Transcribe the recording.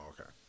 okay